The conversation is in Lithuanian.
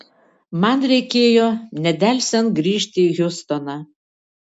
man reikėjo nedelsiant grįžti į hjustoną